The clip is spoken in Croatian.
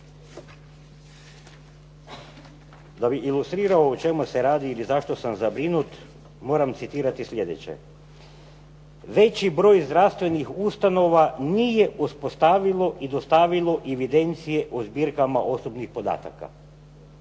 Da bih ilustrirao o čemu se radi ili zašto sam zabrinut moram citirati sljedeće. Veći broj zdravstvenih ustanova nije uspostavilo i dostavilo evidencije o zbirkama osobnih podataka.